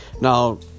Now